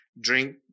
Drink